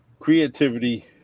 Creativity